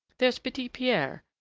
there's petit-pierre,